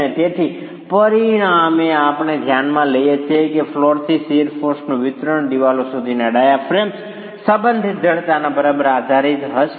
અને તેથી પરિણામે આપણે ધ્યાનમાં લઈ શકીએ કે ફ્લોરથી શીયર ફોર્સનું વિતરણ દિવાલો સુધીના ડાયાફ્રેમ્સ સંબંધિત જડતાના બરાબર પર આધારિત હશે